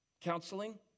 counseling